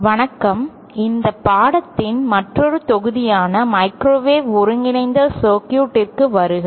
வணக்கம் இந்த பாடத்தின் மற்றொரு தொகுதியான மைக்ரோவேவ் ஒருங்கிணைந்த சர்க்யூட்களுக்கு வருக